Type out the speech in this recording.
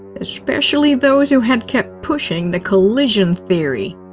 especially those who had kept pushing the collision theory.